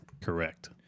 correct